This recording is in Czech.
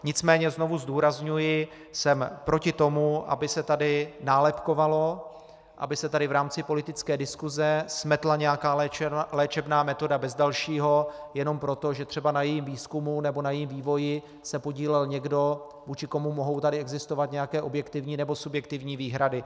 Nicméně znovu zdůrazňuji, jsem proti tomu, aby se tady nálepkovalo, aby se tady v rámci politické diskuse smetla nějaká léčebná metoda bez dalšího jenom proto, že třeba na jejím výzkumu nebo na jejím vývoji se podílel někdo, vůči komu tady mohou existovat nějaké objektivní nebo subjektivní výhrady.